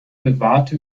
bewahrte